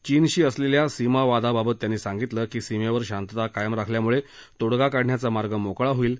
चीनशी असलेल्या सीमावादाबाबत त्यांनी सांगितलं की सीमेवर शांतता कायम राखल्यामुळे तोङगा काढण्याचा मार्ग मोकळा होईल